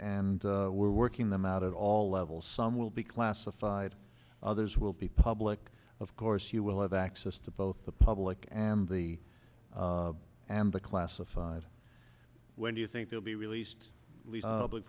and we're working them out at all levels some will be classified others will be public of course you will have access to both the public and the and the classified when do you think they'll be released